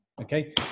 Okay